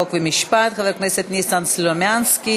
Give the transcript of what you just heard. חוק ומשפט חבר הכנסת ניסן סלומינסקי.